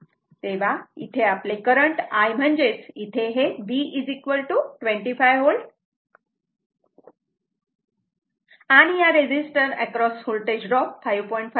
तेव्हा इथे आपले करंट I म्हणजेच इथे हे b 25 V आणि या रेझिस्टर अॅक्रॉस होल्टेज ड्रॉप 5